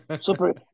Super